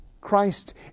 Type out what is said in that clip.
Christ